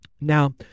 Now